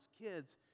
kids